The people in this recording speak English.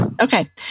Okay